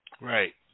Right